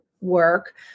work